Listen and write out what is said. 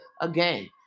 again